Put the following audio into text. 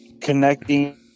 connecting